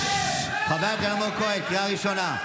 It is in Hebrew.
בושה, חבר הכנסת אלמוג כהן, קריאה ראשונה.